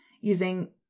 using